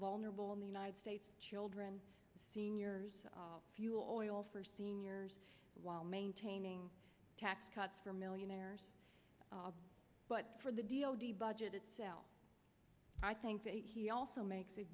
vulnerable in the united states children seniors fuel oil for seniors while maintaining tax cuts for millionaires but for the d o d budget itself i think that he also makes